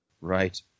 Right